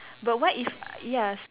but what if ya